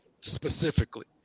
specifically